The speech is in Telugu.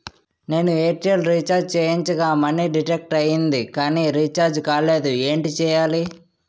నేను ఎయిర్ టెల్ రీఛార్జ్ చేయించగా మనీ డిడక్ట్ అయ్యింది కానీ రీఛార్జ్ కాలేదు ఏంటి చేయాలి?